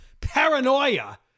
paranoia